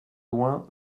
loin